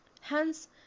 hence